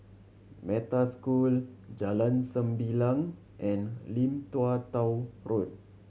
Metta School Jalan Sembilang and Lim Tua Tow Road